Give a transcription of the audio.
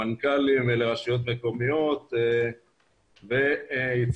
למנכ"לים ולרשויות מקומיות ובסופו של דבר